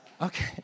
Okay